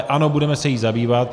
Ano, budeme se jí zabývat.